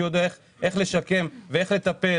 שידע הכי טוב איך לשקם ואיך לטפל